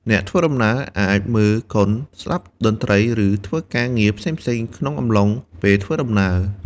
អ្នកដំណើរអាចមើលកុនស្តាប់តន្ត្រីឬធ្វើការងារផ្សេងៗក្នុងអំឡុងពេលធ្វើដំណើរ។